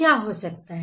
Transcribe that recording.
क्या हो सकता है